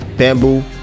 bamboo